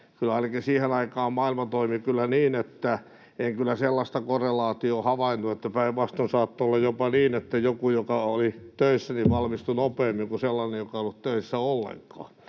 kyllä ainakin siihen aikaan maailma toimi niin, että en sellaista korrelaatiota havainnut. Päinvastoin, saattoi olla jopa niin, että joku, joka oli töissä, valmistui nopeammin kuin sellainen, joka ei ollut töissä ollenkaan.